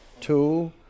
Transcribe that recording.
two